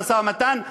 המשא-ומתן,